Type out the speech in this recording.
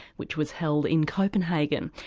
which was held in copenhagen.